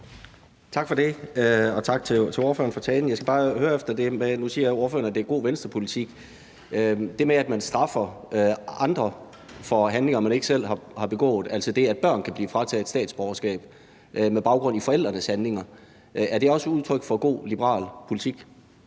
Tak for det, og tak til ordføreren for talen. Jeg skal bare høre om noget. Nu siger ordføreren, at det er god Venstrepolitik. Det med, at man straffer andre for handlinger, de ikke selv har begået, altså det med, at børn kan blive frataget statsborgerskab med baggrund i forældrenes handlinger, er det også udtryk for god liberal politik?